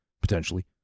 potentially